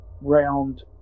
round